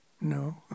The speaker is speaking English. No